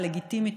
הלגיטימית.